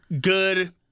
good